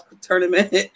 tournament